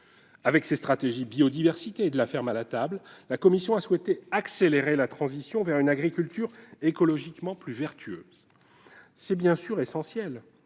Avec ses stratégies Biodiversité et De la ferme à la table, la Commission a souhaité accélérer la transition vers une agriculture écologiquement plus vertueuse. C'est bien sûr essentiel,